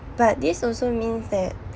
but this also means that